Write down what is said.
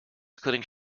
including